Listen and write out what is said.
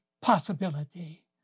possibility